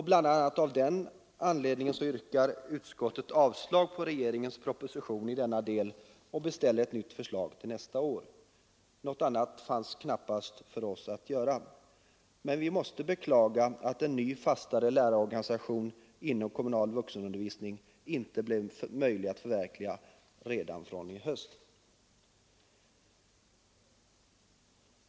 Bl. a. av den anledningen yrkar utskottet avslag på propositionen i denna del och beställer ett nytt förslag till nästa år. Något annat fanns knappast för oss att göra. Men vi måste beklaga att en ny och fastare lärarorganisation inom kommunal vuxenutbildning inte blev möjlig att förverkliga redan fr.o.m. i höst.